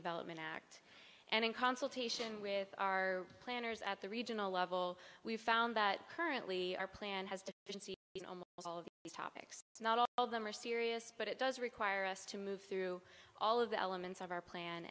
development act and in consultation with our planners at the regional level we've found that currently our plan has to be all of these topics not all of them are serious but it does require us to move through all of the elements of our plan